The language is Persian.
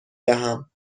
دهم